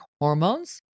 hormones